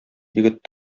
егет